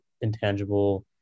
intangible